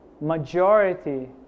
majority